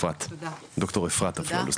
דוקטור אפרת אפללו.